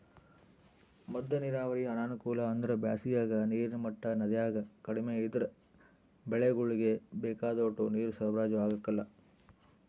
ಮದ್ದ ನೀರಾವರಿ ಅನಾನುಕೂಲ ಅಂದ್ರ ಬ್ಯಾಸಿಗಾಗ ನೀರಿನ ಮಟ್ಟ ನದ್ಯಾಗ ಕಡಿಮೆ ಇದ್ರ ಬೆಳೆಗುಳ್ಗೆ ಬೇಕಾದೋಟು ನೀರು ಸರಬರಾಜು ಆಗಕಲ್ಲ